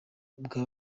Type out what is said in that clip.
bwa